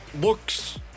looks